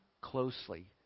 closely